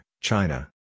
China